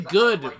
good